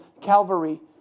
Calvary